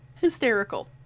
hysterical